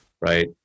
right